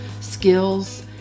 skills